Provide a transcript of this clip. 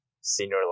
senior